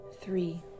three